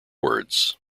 words